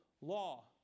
law